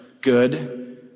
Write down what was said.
good